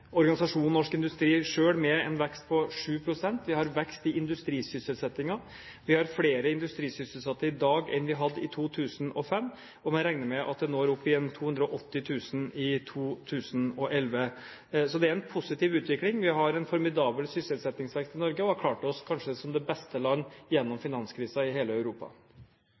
Norsk Industri selv med en vekst på 7 pst. Vi har vekst i industrisysselsettingen, vi har flere industrisysselsatte i dag enn vi hadde i 2005. Man regner med at det når opp i 280 000 i 2011. Det er en positiv utvikling. Vi har en formidabel sysselsettingsvekst i Norge, og har klart oss kanskje som det beste landet i Europa gjennom